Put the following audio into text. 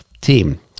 team